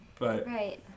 Right